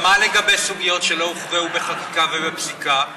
מה שהוא אמר, לדעתך הוא בניגוד לחוק, נכון?